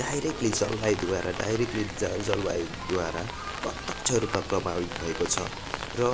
directly जलवाहित गएर directly जा जलवायुद्वारा प्रतक्ष रूपमा प्रभावित भएको छ र